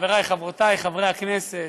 חבריי וחברותיי חברי הכנסת,